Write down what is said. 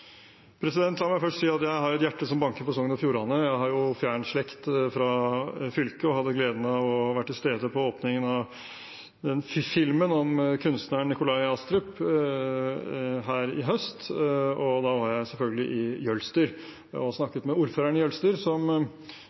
La meg først si at jeg har et hjerte som banker for Sogn og Fjordane. Jeg har jo fjern slekt fra fylket, og hadde gleden av å være til stede under åpningen av filmen om kunstneren Nikolai Astrup i høst. Da var jeg selvfølgelig i Jølster og snakket med ordføreren i